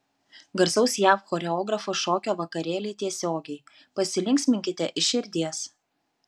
garsaus jav choreografo šokio vakarėliai tiesiogiai pasilinksminkite iš širdies